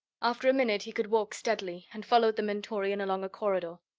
after a minute he could walk steadily, and followed the mentorian along a corridor.